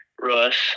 Russ